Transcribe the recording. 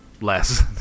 less